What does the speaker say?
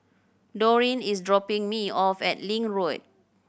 Dorine is dropping me off at Link Road